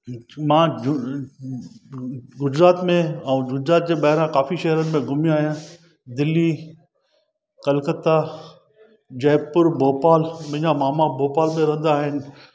मां झूना गुजरात में ऐं गुजरात जे ॿाहिरां काफ़ी शहरनि में घुमियो आहियां दिल्ली कलकत्ता जयपुर भोपाल मुंहिंजा मामा भोपाल में रहंदा आहिनि